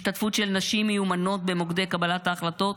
השתתפות של נשים מיומנות במוקדי קבלת ההחלטות